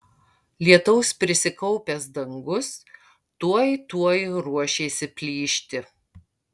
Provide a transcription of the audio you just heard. lietaus prisikaupęs dangus tuoj tuoj ruošėsi plyšti